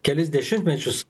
kelis dešimtmečius